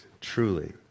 truly